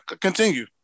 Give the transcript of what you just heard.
continue